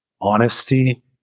honesty